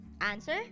Answer